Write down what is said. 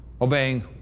Obeying